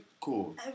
Cool